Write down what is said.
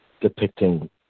depicting